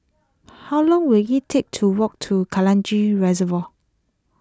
how long will it take to walk to Kranji Reservoir